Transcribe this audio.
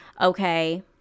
okay